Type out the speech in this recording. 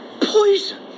Poison